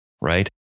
Right